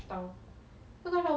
mm